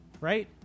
right